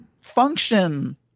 function